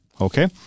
okay